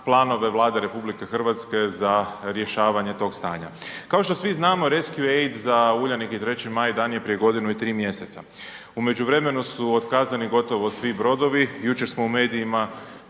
planove Vlade RH za rješavanje tog stanja. Kao što svi znamo rescue aid za Uljanik i 3. maj dan je prije godinu i 3 mjeseca, u međuvremenu su otkazani gotovo svi brodovi, jučer smo u medijima